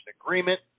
agreement